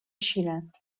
شیرند